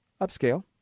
Upscale